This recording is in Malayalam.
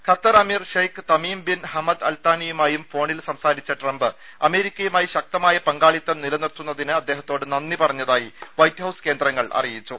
ഖത്തർ അമീർ ഷെയ്ക്ക് തമീം ബിൻ ഹമദ് അൽത്താനിയുമായും ഫോണിൽ സംസാരിച്ച ട്രംപ് അമേരിക്കയുമായി ശക്തമായ പങ്കാളിത്തം നിലനിർത്തുന്നതിന് അദ്ദേഹത്തോട് നന്ദിപറഞ്ഞതായി വൈറ്റ്ഹൌസ് കേന്ദ്രങ്ങൾ അറിയിച്ചു